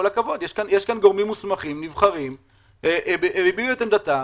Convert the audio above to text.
יש כאן גורמים מוסמכים נבחרים שהביעו את עמדתם,